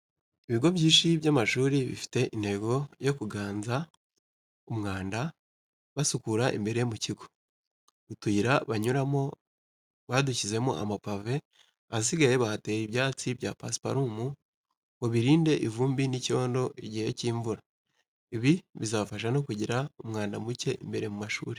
Ibigo byinshi by'amashuri bifite intego yo kuganza umwanda basukura imbere mu kigo. Utuyira banyuramo badushyizemo amapave, ahasigaye bahatera ibyatsi bya pasiparumu ngo birinde ivumbi n'icyondo igihe cy'imvura. Ibi bizabafasha no kugira umwanda muke imbere mu mashuri.